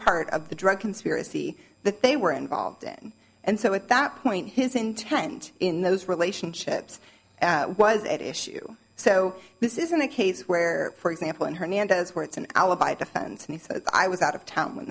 part of the drug conspiracy that they were involved in and so at that point his intent in those relationships was at issue so this isn't a case where for example in hernandez where it's an alibi defense and i was out of town when